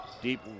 Deep